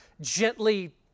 gently